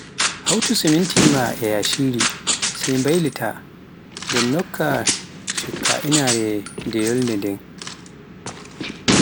hawtu siminti maa a yashiri sai mbaylitaa, nden nokka shuuka inaare nde yolnde.